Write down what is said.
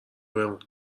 بمون